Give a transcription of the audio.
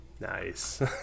Nice